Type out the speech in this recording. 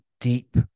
deep